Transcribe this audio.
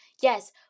Yes